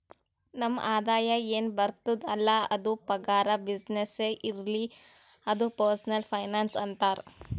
ನಮ್ ಆದಾಯ ಎನ್ ಬರ್ತುದ್ ಅಲ್ಲ ಅದು ಪಗಾರ, ಬಿಸಿನ್ನೆಸ್ನೇ ಇರ್ಲಿ ಅದು ಪರ್ಸನಲ್ ಫೈನಾನ್ಸ್ ಅಂತಾರ್